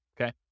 Okay